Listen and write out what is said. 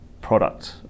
product